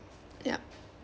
yup